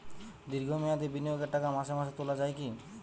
দীর্ঘ মেয়াদি বিনিয়োগের টাকা মাসে মাসে তোলা যায় কি?